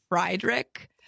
Friedrich